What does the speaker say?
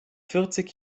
vierzig